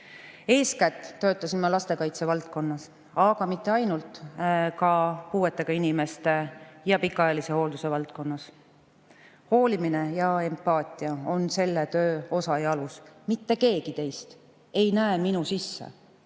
Eeskätt töötasin ma lastekaitse valdkonnas, aga mitte ainult, ka puuetega inimeste ja pikaajalise hoolduse valdkonnas. Hoolimine ja empaatia on selle töö osa ja alus. Mitte keegi teist ei näe minu sisse,